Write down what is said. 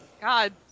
God